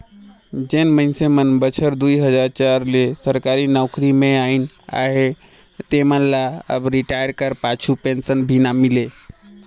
जेन मइनसे मन बछर दुई हजार चार ले सरकारी नउकरी में अइन अहें तेमन ल अब रिटायर कर पाछू पेंसन नी मिले